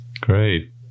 Great